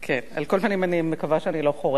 על כל פנים, אני מקווה שאני לא חורגת מהתקנון.